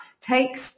takes